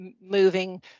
moving